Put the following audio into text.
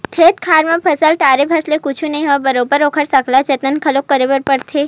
खेत खार म फसल डाले भर ले कुछु नइ होवय बरोबर ओखर सकला जतन घलो करे बर परथे